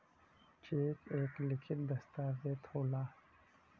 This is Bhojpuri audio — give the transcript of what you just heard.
चेक एक लिखित दस्तावेज होला